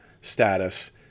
status